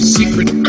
secret